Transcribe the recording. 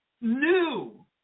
new